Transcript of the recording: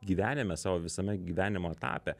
gyvenime savo visame gyvenimo etape